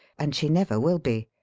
and she never will be.